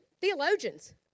theologians